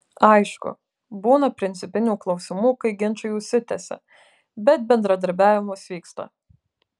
aišku būna principinių klausimų kai ginčai užsitęsia bet bendradarbiavimas vyksta